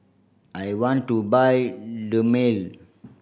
I want to buy Dermale